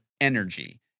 energy